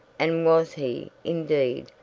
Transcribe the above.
and was he, indeed,